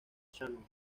shannon